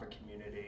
community